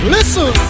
Listen